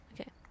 Okay